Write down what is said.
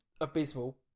abysmal